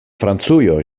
francujo